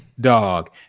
dog